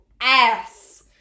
ass